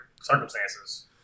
circumstances